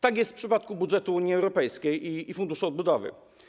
Tak jest w przypadku budżetu Unii Europejskiej i Funduszu Odbudowy.